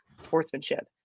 sportsmanship